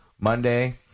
Monday